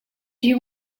you